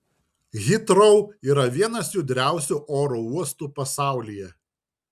hitrou yra vienas judriausių oro uostų pasaulyje